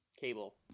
Cable